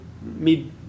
mid